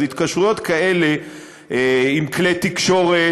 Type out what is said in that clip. התקשרויות כאלה עם כלי תקשורת,